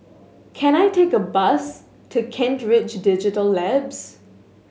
can I take a bus to Kent Ridge Digital Labs